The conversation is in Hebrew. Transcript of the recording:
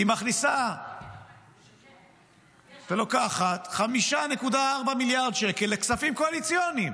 היא מכניסה ולוקחת 5.4 מיליארד שקל לכספים קואליציוניים.